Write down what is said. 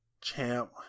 champ